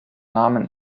namen